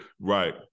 Right